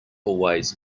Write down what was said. always